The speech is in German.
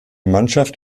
mannschaft